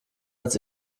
als